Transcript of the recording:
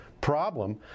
problem